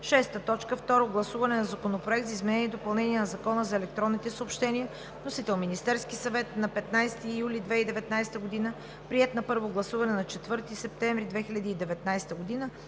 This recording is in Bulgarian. Второ гласуване на Законопроект за изменение и допълнение на Закона за електронните съобщения. Вносител – Министерският съвет, 15 юли 2019 г. Приет на първо гласуване на 4 септември 2019 г.,